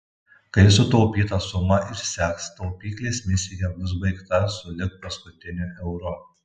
kai sutaupyta suma išseks taupyklės misija bus baigta sulig paskutiniu euru